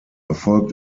erfolgt